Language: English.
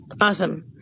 Awesome